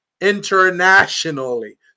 internationally